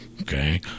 Okay